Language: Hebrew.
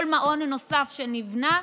כל מעון נוסף שנבנה,